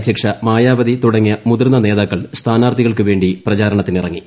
അധ്യക്ഷ മായാവതി തുടങ്ങിയ മുതിർന്ന നേതാക്കൾ സ്ഥാനാർത്ഥികൾക്കുവേണ്ടി പ്രചാരണത്തിനിറങ്ങി